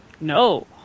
No